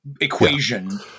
equation